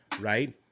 right